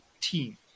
team